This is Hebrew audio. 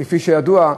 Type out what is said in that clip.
כפי שידוע,